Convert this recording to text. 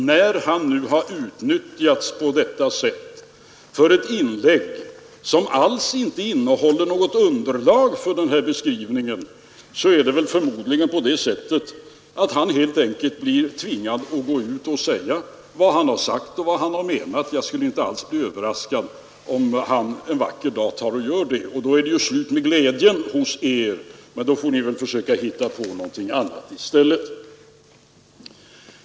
När han nu har utnyttjats för ett inlägg som alls inte innehåller något underlag för den här beskrivningen, blir han förmodligen helt enkelt tvingad att gå ut och säga vad han har sagt och vad han har menat. Jag skulle inte alls bli överraskad om han en vacker dag gör det. Då är det ju slut med glädjen hos er, men då får ni väl försöka hitta på någonting annat i stället.